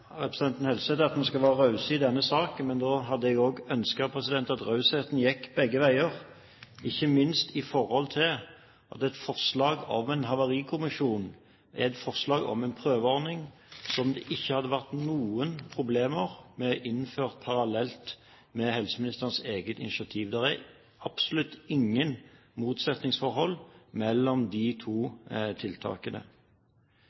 representanten Helseth om at man skal være rause i denne saken, men jeg hadde ønsket at rausheten gikk begge veier – ikke minst i forhold til at et forslag om en havarikommisjon er et forslag om en prøveordning som det ikke hadde vært noen problemer med å innføre parallelt med helseministerens eget initiativ. Det er absolutt ingen motsetningsforhold mellom de